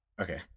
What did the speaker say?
Okay